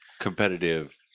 competitive